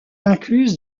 incluse